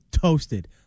toasted